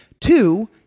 Two